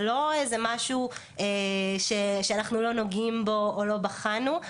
זה לא משהו שאנחנו לא נוגעים בו או לא בחנו,